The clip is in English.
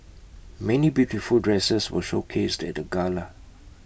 many beautiful dresses were showcased at the gala